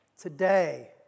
today